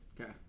Okay